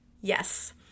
Yes